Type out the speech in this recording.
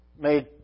made